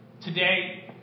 Today